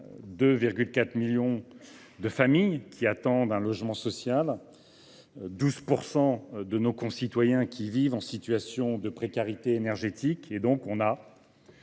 2,4 millions de familles attendent un logement social ; 12 % de nos concitoyens vivent en situation de précarité énergétique. Ainsi, une